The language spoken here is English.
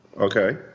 okay